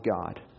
God